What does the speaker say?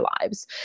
lives